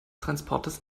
transportes